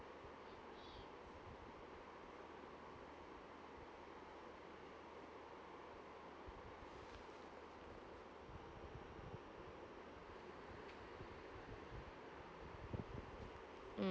mm